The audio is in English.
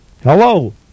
Hello